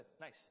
Nice